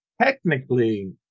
technically